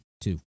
two